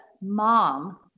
mom